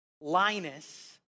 Linus